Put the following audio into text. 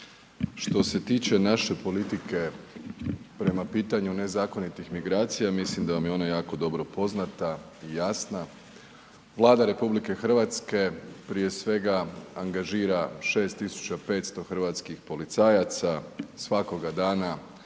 Što se tiče naše politike prema pitanju nezakonitih migracija mislim da vam je ona jako dobro poznata i jasna, Vlada RH prije svega angažira 6.500 hrvatskih policajaca svakoga dana